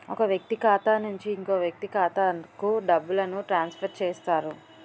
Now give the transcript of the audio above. ఒక వ్యక్తి ఖాతా నుంచి ఇంకో వ్యక్తి ఖాతాకు డబ్బులను ట్రాన్స్ఫర్ చేస్తారు